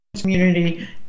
community